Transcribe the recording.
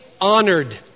honored